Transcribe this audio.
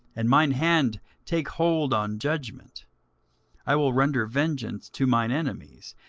and mine hand take hold on judgment i will render vengeance to mine enemies,